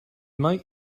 might